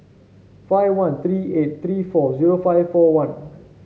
five one three eight three four zero five four one